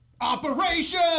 Operation